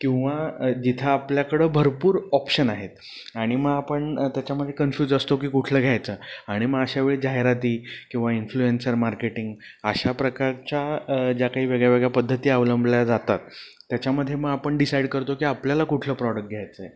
किंवा जिथं आपल्याकडं भरपूर ऑप्शन आहेत आणि मग आपण त्याच्यामधे कन्फ्यूज असतो की कुठलं घ्यायचं आणि मग अशा वेळी जाहिराती किंवा इन्फ्ल्युयन्सर मार्केटिंग अशा प्रकारच्या ज्या काही वेगळ्यावेगळ्या पद्धती अवलंबल्या जातात त्याच्यामध्ये मग आपण डिसाईड करतो की आपल्याला कुठलं प्रॉडक्ट घ्यायचं आहे